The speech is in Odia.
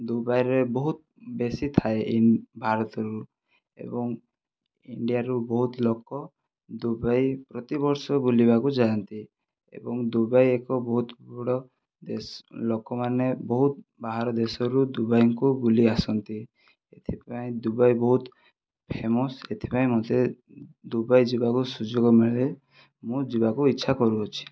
ଦୁବାଇରେ ବହୁତ ବେଶୀ ଥାଏ ଏଇ ଭାରତରୁ ଏବଂ ଇଣ୍ଡିଆରୁ ବହୁତ ଲୋକ ଦୁବାଇ ପ୍ରତିବର୍ଷ ବୁଲିବାକୁ ଯାଆନ୍ତି ଏବଂ ଦୁବାଇ ଏକ ବହୁତ ବଡ଼ ଦେଶ ଲୋକମାନେ ବହୁତ ବାହାର ଦେଶରୁ ଦୁବାଇକୁ ବୁଲି ଆସନ୍ତି ଏଥିପାଇଁ ଦୁବାଇ ବହୁତ ଫେମସ ଏଥିପାଇଁ ମୋତେ ଦୁବାଇ ଯିବାକୁ ସୁଯୋଗ ମିଳିଲେ ମୁଁ ଯିବାକୁ ଇଛା କରୁଅଛି